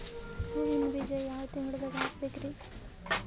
ಹೂವಿನ ಬೀಜ ಯಾವ ತಿಂಗಳ್ದಾಗ್ ಹಾಕ್ಬೇಕರಿ?